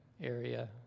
area